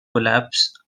collapse